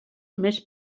més